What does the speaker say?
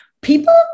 people